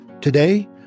Today